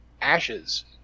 ashes